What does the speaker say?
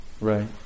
right